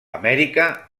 amèrica